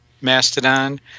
Mastodon